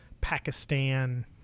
Pakistan